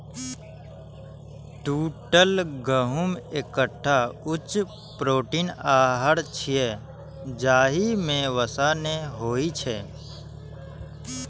टूटल गहूम एकटा उच्च प्रोटीन आहार छियै, जाहि मे वसा नै होइ छै